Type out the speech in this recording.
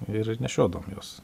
ir nešiodavom juos